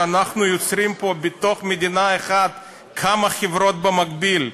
שאנחנו יוצרים פה בתוך מדינה אחת כמה חברות במקביל,